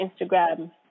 Instagram